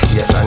Yes